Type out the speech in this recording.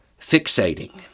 fixating